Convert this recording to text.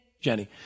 Jenny